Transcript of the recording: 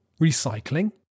recycling